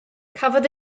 cafodd